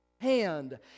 hand